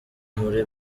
muri